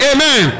Amen